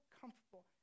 comfortable